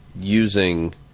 using